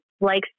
likes